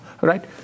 Right